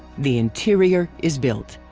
the interior is built.